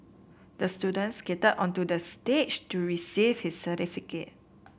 the student skated onto the stage to receive his certificate